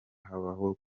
habaho